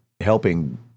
helping